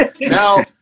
Now